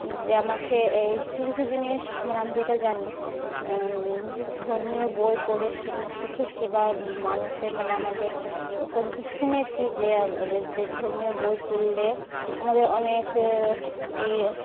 যে আমাকে এই কিছু কিছু জিনিস মানে আমি যেটা জানি ধর্মীয় বই পড়ে শুনে শিখেছি বা মানুষের মানে আমাদের লোকের মুখে শুনেছি যে আমাদের যে ধর্মীয় বই পড়লে আমাদের অনেক ইয়ে